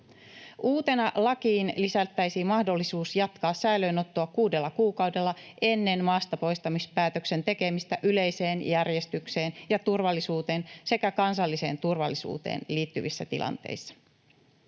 Uutena lakiin lisättäisiin mahdollisuus jatkaa säilöönottoa kuudella kuukaudella ennen maastapoistamispäätöksen tekemistä yleiseen järjestykseen ja turvallisuuteen sekä kansalliseen turvallisuuteen liittyvissä tilanteissa.